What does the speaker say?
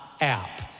app